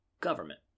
government